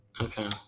Okay